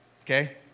Okay